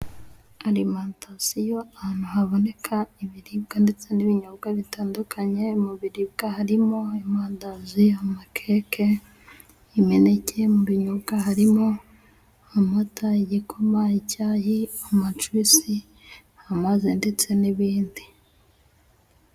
Arimantasiyo ahantu haboneka ibiribwa ndetse n'ibinyobwa bitandukanye mu biribwa harimo: amandazi amakeke, imineke mu binyobwa harimo: amata, igikoma, icyayi amajuyisi amazi ndetse n'ibindi.